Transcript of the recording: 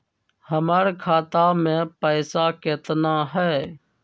हमर खाता मे पैसा केतना है?